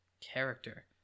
character